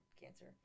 cancer